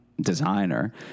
designer